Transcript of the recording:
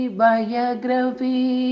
biography